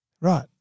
Right